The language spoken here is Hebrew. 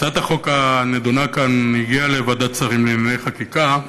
הצעת החוק הנדונה כאן הגיעה לוועדת שרים לענייני חקיקה.